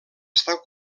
estar